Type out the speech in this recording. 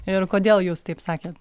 ir kodėl jūs taip sakėt